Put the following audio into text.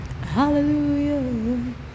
Hallelujah